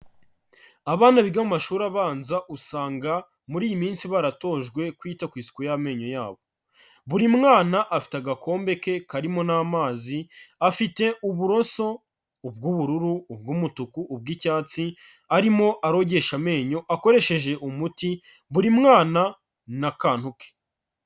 Abana biga mu amashuri abanza usanga muri iyi minsi baratojwe kwita ku isuku y'amenyo yabo, buri mwana afite agakombe ke karimo n'amazi, afite uburoso ubw'ubururu, ubw'umutuku, ubw'icyatsi, arimo arogesha amenyo akoresheje umuti, buri mwana n'akantu ke.